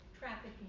trafficking